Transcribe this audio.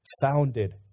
founded